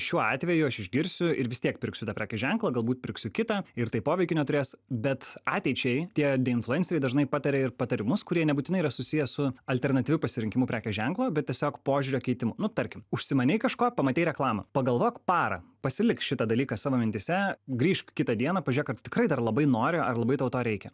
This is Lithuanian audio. šiuo atveju aš išgirsiu ir vis tiek pirksiu tą prekės ženklą galbūt pirksiu kitą ir tai poveikio neturės bet ateičiai tie influenceriai dažnai pataria ir patarimus kurie nebūtinai yra susiję su alternatyviu pasirinkimu prekės ženklo bet tiesiog požiūrio keitimu nu tarkim užsimanei kažko pamatei reklamą pagalvok parą pasilik šitą dalyką savo mintyse grįžk kitą dieną pažiūrėk ar tikrai dar labai nori ar labai tau to reikia